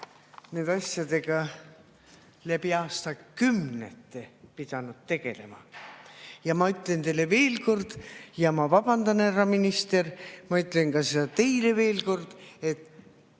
nende asjadega läbi aastakümnete on pidanud tegelema. Ma ütlen teile veel kord, ja ma vabandan, härra minister, ma ütlen ka teile veel kord, et